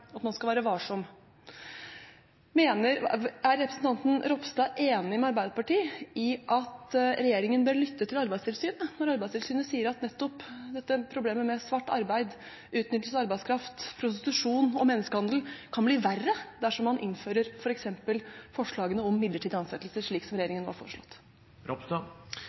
at man skal være varsom. Er representanten Ropstad enig med Arbeiderpartiet i at regjeringen bør lytte til Arbeidstilsynet når de sier at nettopp dette problemet med svart arbeid – utnyttelse av arbeidskraft, prostitusjon og menneskehandel – kan bli verre dersom man innfører f.eks. forslagene om midlertidige ansettelser, slik regjeringen